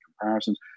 comparisons